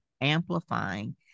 amplifying